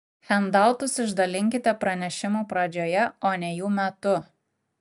hendautus išdalinkite pranešimų pradžioje o ne jų metu